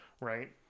right